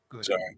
Sorry